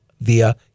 via